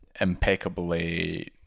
impeccably